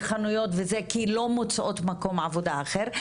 בחנויות וזה כי לא מוצאות מקום עבודה אחר.